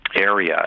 area